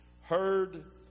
heard